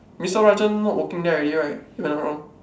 mister Rajan not working there already right if I am not wrong